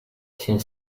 sin